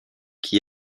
qui